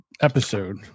episode